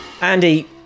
Andy